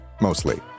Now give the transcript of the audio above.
mostly